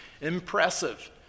impressive